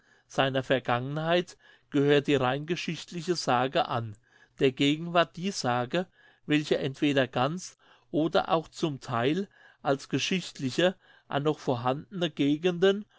seiner vergangenheit gehört die rein geschichtliche sage an der gegenwart die sage welche entweder ganz oder auch zum theil als geschichtliche an noch vorhandene gegenden